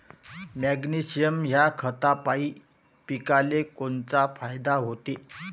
Magnesium ह्या खतापायी पिकाले कोनचा फायदा होते?